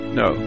no